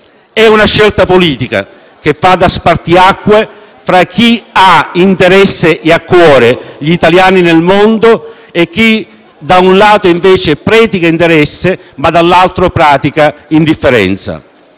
di una scelta politica che fa da spartiacque fra chi ha interesse e ha a cuore gli italiani nel mondo e chi, da un lato, predica interesse ma, dall'altro, pratica indifferenza.